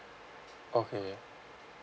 okay